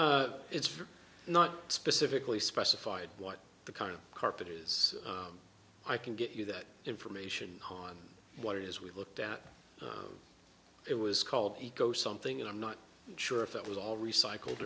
it's not specifically specified what the kind of carpet is i can get you that information on what it is we looked at it was called eco something and i'm not sure if it was all recycled